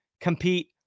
Compete